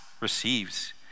receives